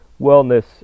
Wellness